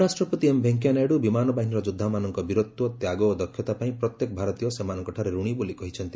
ଉପରାଷ୍ଟ୍ରପତି ଏମ୍ ଭେଙ୍କିୟା ନାଇଡୁ ବିମାନ ବାହିନୀର ଯୋଦ୍ଧାମାନଙ୍କ ବୀରତ୍ୱ ତ୍ୟାଗ ଓ ଦକ୍ଷତା ପାଇଁ ପ୍ରତ୍ୟେକ ଭାରତୀୟ ସେମାନଙ୍କଠାରେ ରଣୀ ବୋଲି କହିଛନ୍ତି